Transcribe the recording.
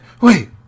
Wait